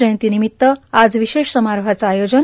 जयंती निमित्त आज विशेष समारोहाचं आयोजन